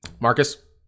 Marcus